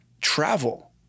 travel